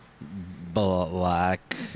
Black